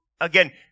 again